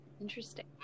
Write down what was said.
Interesting